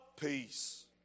Peace